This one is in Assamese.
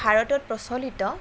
ভাৰতত প্ৰচলিত